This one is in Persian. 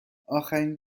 آخرین